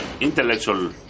intellectual